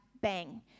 bang